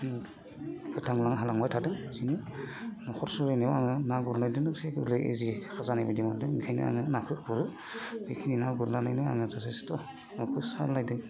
फोथांनो हालांबाय थाथों बिदिनो न'खर सलायनायाव आङो ना गुरनायजोंनो एसे गुरै इजि खाजानाय बायदि मोनदों ओंखायनो आङो नाखौ गुरो बेखायनो ना गुरनानैनो आङो जथेस्थ' न'खर सामलायदों